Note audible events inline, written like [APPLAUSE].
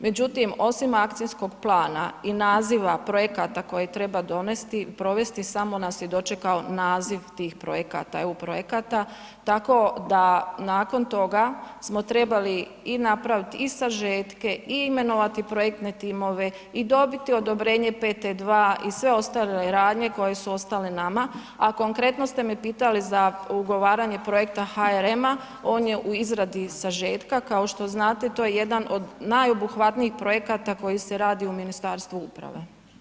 Međutim, osim akcijskog plana i naziva projekta koje treba donesti, provesti, samo … [UNINTELLIGIBLE] kao naziv tih projekata, EU projekata, tako da nakon toga, smo trebali i napraviti i sažetke i imenovati projektne timove i dobiti odobrenje PT2 i sve ostale radnje koje su ostale nama, a konkretno ste me pitali za ugovaranje projekta HRM-a on je u izradi sažetka, kao što znate to je jedan od najobuhvatnijih projekata koji se radi u Ministarstvu uprave.